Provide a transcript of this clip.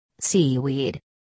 Seaweed